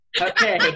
Okay